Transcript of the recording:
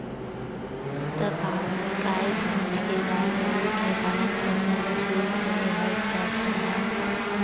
त काय सोच के गाय गरु के पालन पोसन ल शुरू करे हस गा तेंहा?